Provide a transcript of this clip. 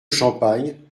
champagne